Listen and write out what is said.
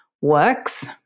works